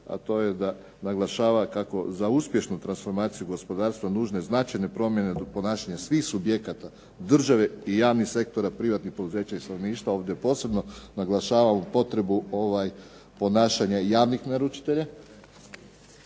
a to je da naglašava kako za uspješnu transformaciju gospodarstva nužno je značajne promjene do ponašanja svih subjekata države i javnih sektora, privatnih poduzeća i stanovništva. Ovdje posebno naglašavam potrebu ponašanja javnih naručitelja.